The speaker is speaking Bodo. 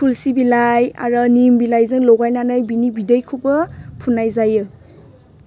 थुलुंसि बिलाइ आरो निम बिलाइजों लगायनानै बिनि बिदैखौबो फुननाय जायो